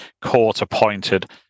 court-appointed